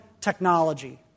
technology